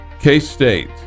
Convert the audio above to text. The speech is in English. K-State